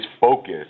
focus